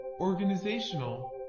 organizational